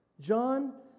John